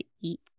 eat